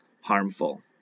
harmful